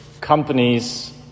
companies